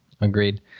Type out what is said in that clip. agreed